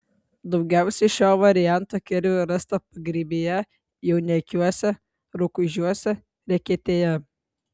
daugiausiai šio varianto kirvių rasta pagrybyje jauneikiuose rukuižiuose reketėje